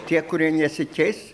tie kurie nesikeis